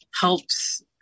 helps